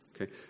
Okay